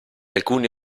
alcuni